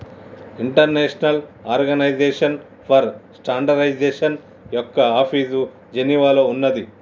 international organization for standardization యొక్క office జెనీవాలో ఉన్నాది